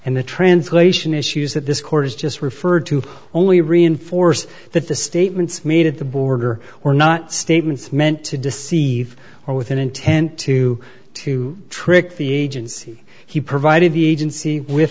and the translation issues that this court is just referred to only reinforce that the statements made at the border or not statements meant to deceive or with an intent to to trick the agency he provided the agency with